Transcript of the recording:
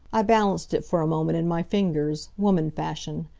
i balanced it for a moment in my fingers, woman-fashion,